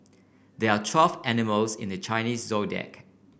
there are twelve animals in the Chinese Zodiac